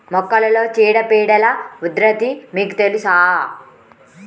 మొక్కలలో చీడపీడల ఉధృతి మీకు తెలుసా?